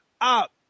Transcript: up